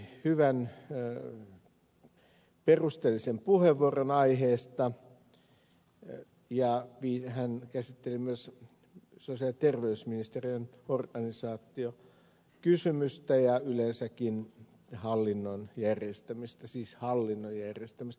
anneli kiljunen käytti hyvän perusteellisen puheenvuoron aiheesta ja hän käsitteli myös sosiaali ja terveysministeriön organisaatiokysymystä ja yleensäkin hallinnon järjestämistä siis hallinnon järjestämistä